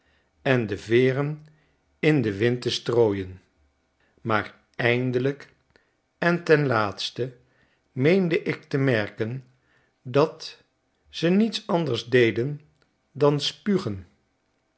en de veeren in den wind te strooien maar eindelijk en ten laatste meende ik te merken dat ze niets anders deden dan spugen